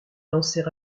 danser